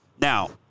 Now